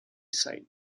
site